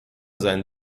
seinen